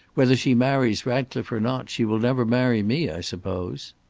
whether she marries ratcliffe or not, she will never marry me, i suppose.